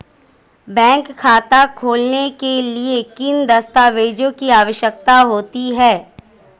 Bank खाता खोलने के लिए किन दस्तावेज़ों की आवश्यकता होती है?